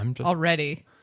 already